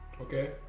Okay